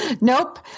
Nope